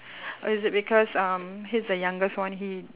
is it because um he's the youngest one he